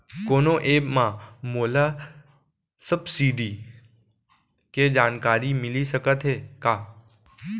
कोनो एप मा मोला सब्सिडी के जानकारी मिलिस सकत हे का?